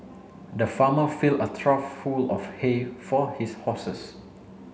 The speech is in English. the farmer filled a trough full of hay for his horses